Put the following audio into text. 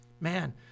Man